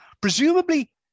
Presumably